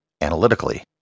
analytically